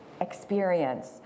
experience